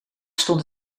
stond